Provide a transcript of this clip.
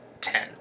Ten